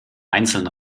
einzeln